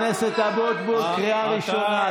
חבר הכנסת אבוטבול, קריאה ראשונה.